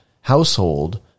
household